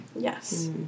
Yes